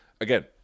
Again